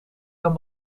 kan